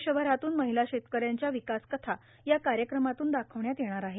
देशभरातून महिला शेतकऱ्यांच्या विकास कथा या कार्यक्रमातून दाखवण्यात येणार आहेत